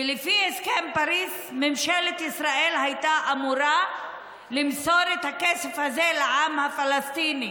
ולפי הסכם פריז ממשלת ישראל הייתה אמורה למסור את הכסף הזה לעם הפלסטיני